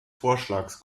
vorschlags